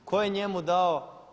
Tko je njemu dao?